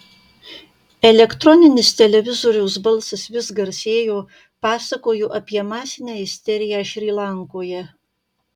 elektroninis televizoriaus balsas vis garsėjo pasakojo apie masinę isteriją šri lankoje